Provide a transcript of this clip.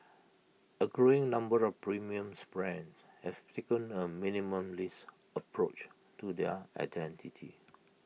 A growing number of premiums brands have taken A minimalist approach to their identity